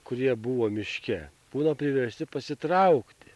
kurie buvo miške būna priversti pasitraukti